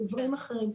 זה דברים אחרים.